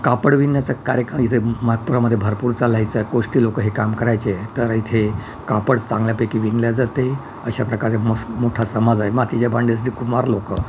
कापड विणण्याचा कार्यक्रम इथे मातपुरामध्ये भरपूर चालायचं कोष्टी लोकं हे काम करायचे तर इथे कापड चांगल्यापैकी विणले जाते अशा प्रकारे मो मोठा समाज आहे मातीचे भांडे कुंभार लोकं